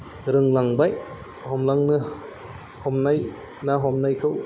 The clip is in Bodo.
रोंलांबाय हमलांनो ना हमनायख